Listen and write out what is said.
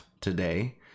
today